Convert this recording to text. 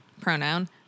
pronoun